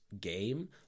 game